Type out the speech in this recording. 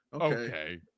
okay